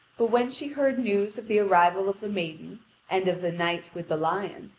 but when she heard news of the arrival of the maiden and of the knight with the lion.